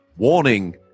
Warning